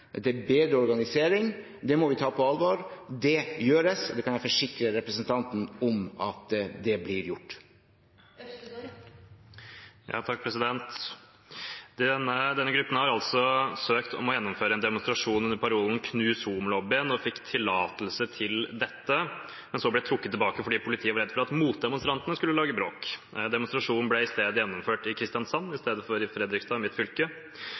bedre organisering. Det må vi ta på alvor. Det gjøres, og det kan jeg forsikre representanten om at blir gjort. Denne gruppen har søkt om å få gjennomføre en demonstrasjon under parolen «knus homolobbyen» og fikk tillatelse til dette. Så ble den trukket tilbake fordi politiet ble redd for at motdemonstrantene skulle lage bråk. Demonstrasjonen ble gjennomført i Kristiansand i stedet for i Fredrikstad, i mitt fylke.